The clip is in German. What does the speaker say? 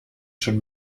schon